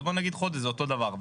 ובוא נגיד חודש זה אותו דבר.